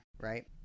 right